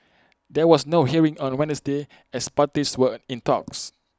there was no hearing on A Wednesday as parties were in talks